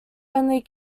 only